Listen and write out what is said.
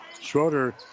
Schroeder